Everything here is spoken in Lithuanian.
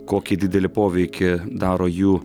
kokį didelį poveikį daro jų